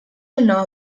una